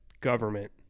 government